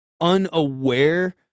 unaware